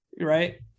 Right